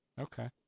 Okay